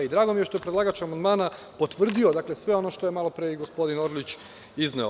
Drago mi je što je predlagač amandmana potvrdio sve ono što je malopre i gospodin Orlić izneo.